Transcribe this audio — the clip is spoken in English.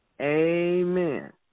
Amen